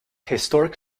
historic